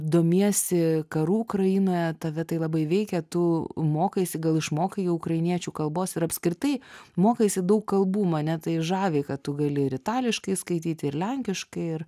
domiesi karu ukrainoje tave tai labai veikia tu mokaisi gal išmokai ukrainiečių kalbos ir apskritai mokaisi daug kalbų mane tai žavi kad tu gali ir itališkai skaityti ir lenkiškai ir